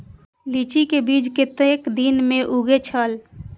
लीची के बीज कै कतेक दिन में उगे छल?